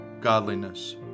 godliness